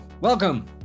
Welcome